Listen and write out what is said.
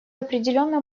определенно